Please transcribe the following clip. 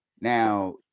Now